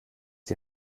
die